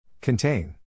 Contain